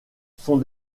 sont